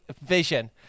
vision